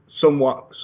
somewhat